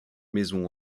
maison